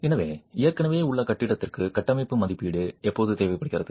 எனவே ஏற்கனவே உள்ள கட்டிடத்திற்கு கட்டமைப்பு மதிப்பீடு எப்போது தேவைப்படுகிறது